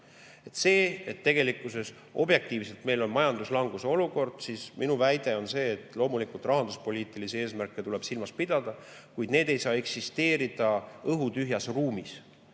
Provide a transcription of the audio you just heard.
Kuna tegelikkuses, objektiivselt meil on majanduslanguse olukord, siis minu väide on see, et loomulikult, rahanduspoliitilisi eesmärke tuleb silmas pidada, kuid need ei saa eksisteerida õhutühjas ruumis.